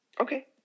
Okay